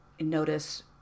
notice